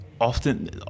often